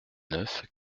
neuf